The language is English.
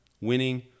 winning